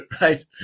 Right